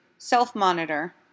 Self-monitor